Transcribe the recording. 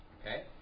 okay